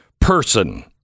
person